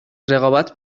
رقابت